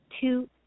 two